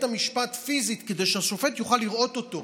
המשפט פיזית כדי שהשופט יוכל לראות אותו.